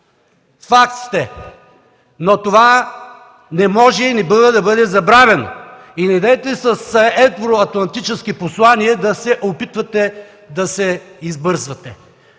Факт сте! Но това не може и не бива да бъде забравено. И недейте с евроатлантически послания да се опитвате да се избърсвате!